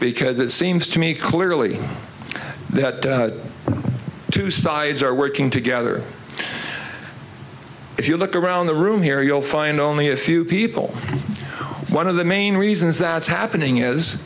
because it seems to me clearly the two sides are working together if you look around the room here you'll find only a few people one of the main reasons that it's happening is